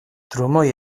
trumoi